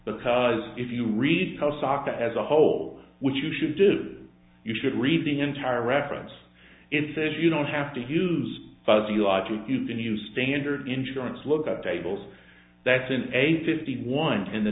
because if you read the stock as a whole which you should do you should read the entire reference it says you don't have to use fuzzy logic you can use standard insurance look up tables that's in a fifty one in the